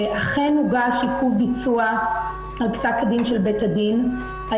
אכן הוגש עיכוב ביצוע על פסק הדין של בית הדין.